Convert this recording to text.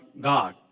God